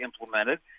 implemented